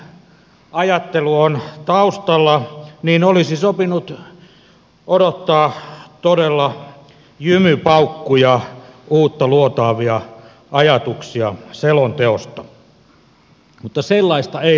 kun tällainen ajattelu on taustalla olisi sopinut odottaa todella jymypaukkuja uutta luotaavia ajatuksia selonteosta mutta sellaisia ei löytynyt